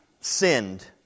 sinned